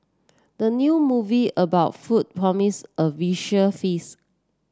the new movie about food promises a visual feast